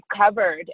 covered